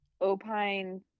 opine